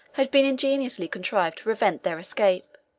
had been ingeniously contrived to prevent their escape,